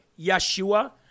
Yeshua